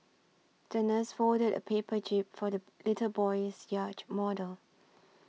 the nurse folded a paper jib for the little boy's yacht model